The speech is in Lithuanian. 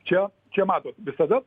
čia čia matot visada